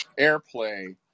airplay